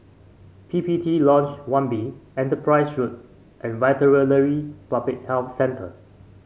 P P T Lodge One B Enterprise Road and Veterinary Public Health Centre